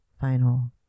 final